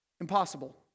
Impossible